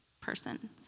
person